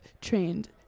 trained